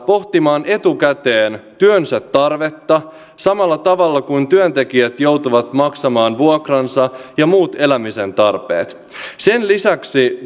pohtimaan etukäteen työnsä tarvetta samalla tavalla kuin työntekijät joutuvat maksamaan vuokransa ja muut elämisen tarpeet sen lisäksi